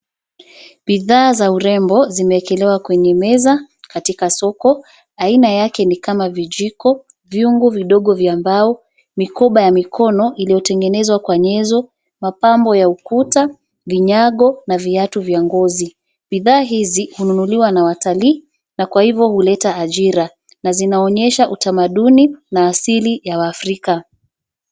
Bidhaa za urembo zimeekelewa kwenye meza, katika soko, aina yake ni kama vijiko, vyungu vidogo vya mbao, mikoba ya mikono iliyotengenezwa kwa nyenzo, mapambo ya ukuta, vinyago na viatu vya ngozi, bidhaa hizi hunuliwa na watalii, na kwa hivyo huleta ajira, na zinaonyesha utamaduni na asili ya Waafrika.